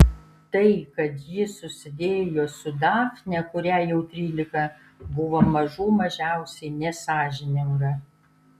tai kad ji susidėjo su dafne kuriai jau trylika buvo mažų mažiausiai nesąžininga